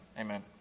amen